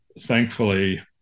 thankfully